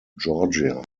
georgia